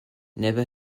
never